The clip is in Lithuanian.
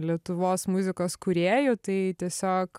letuvos muzikos kūrėjų tai tiesiog